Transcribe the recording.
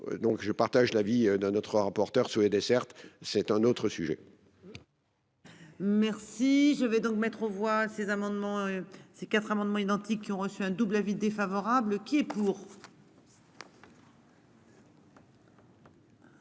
donc je partage l'avis de notre rapporteur sur les dessertes. C'est un autre sujet. Merci je vais donc mettre aux voix ces amendements. Ces quatre amendements identiques qui ont reçu un double avis défavorable qui est pour.